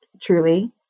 truly